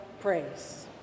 praise